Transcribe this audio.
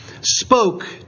spoke